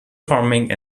farming